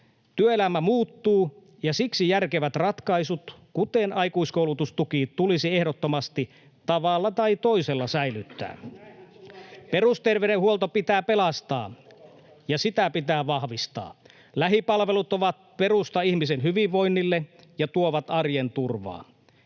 Työelämä muuttuu, ja siksi järkevät ratkaisut, kuten aikuiskoulutustuki, tulisi ehdottomasti tavalla tai toisella säilyttää. [Ben Zyskowicz: Näinhän tullaan tekemään!] Perusterveydenhuolto pitää pelastaa ja sitä pitää vahvistaa. Lähipalvelut ovat perusta ihmisten hyvinvoinnille ja tuovat arjen turvaa.